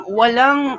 walang